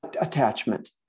attachment